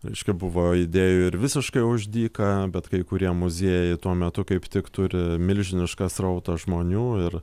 reiškia buvo idėjų ir visiškai už dyką bet kai kurie muziejai tuo metu kaip tik turi milžinišką srautą žmonių ir